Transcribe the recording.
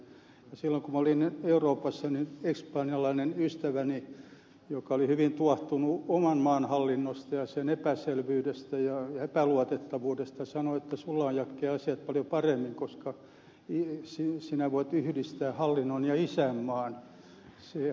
silloin kun minä olin euroopassa espanjalainen ystäväni joka oli hyvin tuohtunut oman maansa hallinnosta ja sen epäselvyydestä ja epäluotettavuudesta sanoi että sinulla on jakke asiat paljon paremmin koska sinä voit yhdistää hallinnon ja isänmaan siihen hallintoon voi luottaa